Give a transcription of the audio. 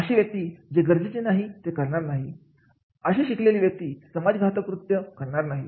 अशी व्यक्ती जे गरजेचे नाही ते करणार नाही अशी शिकलेली व्यक्ती समाज घातक कृती करणार नाही